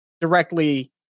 directly